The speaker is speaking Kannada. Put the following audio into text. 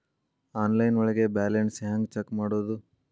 ಆನ್ಲೈನ್ ಒಳಗೆ ಬ್ಯಾಲೆನ್ಸ್ ಹ್ಯಾಂಗ ಚೆಕ್ ಮಾಡೋದು?